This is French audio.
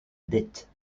dette